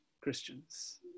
Christians